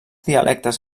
dialectes